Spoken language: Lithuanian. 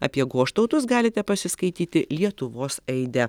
apie goštautus galite pasiskaityti lietuvos aide